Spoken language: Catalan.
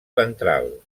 ventral